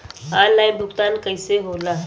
Online भुगतान कईसे होला?